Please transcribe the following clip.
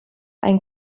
ein